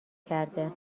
کرده